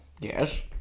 Yes